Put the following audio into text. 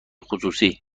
خصوصی